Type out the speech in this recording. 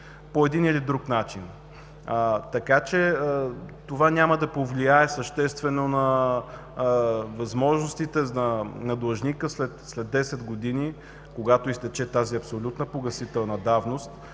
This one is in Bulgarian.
по един или друг начин, така че това няма да повлияе съществено на възможностите на длъжника след 10 години, когато изтече тази абсолютна погасителна давност,